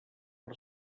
per